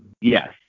yes